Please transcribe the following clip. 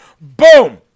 Boom